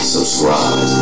Subscribe